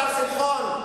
השר שמחון.